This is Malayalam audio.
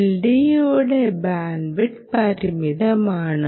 LDOയുടെ ബാൻഡ്വിഡ്ത്ത് പരിമിതമാണ്